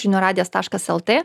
žninių radijas taškas lt